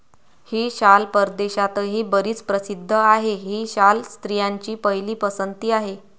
ही शाल परदेशातही बरीच प्रसिद्ध आहे, ही शाल स्त्रियांची पहिली पसंती आहे